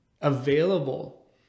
available